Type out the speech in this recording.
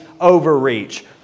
overreach